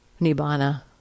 Nibbana